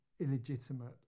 illegitimate